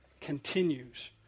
continues